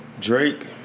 Drake